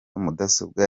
mudasobwa